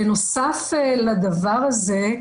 בנוסף לדבר הזה,